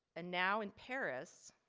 and now in paris,